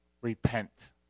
repent